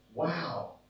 wow